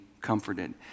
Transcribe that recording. comforted